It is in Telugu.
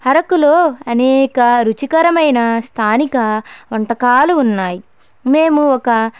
అరకులో అనేక రుచికరమైన స్థానిక వంటకాలు ఉన్నాయి మేము ఒక